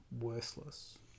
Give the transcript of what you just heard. worthless